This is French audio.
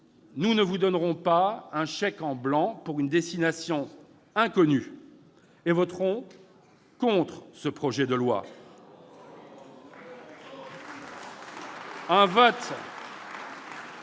nous ne vous donnerons pas un chèque en blanc pour une destination inconnue et voterons contre ce projet de loi. Il